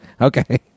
Okay